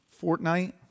Fortnite